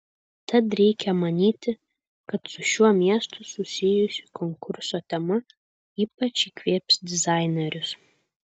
tad reikia manyti kad su šiuo miestu susijusi konkurso tema ypač įkvėps dizainerius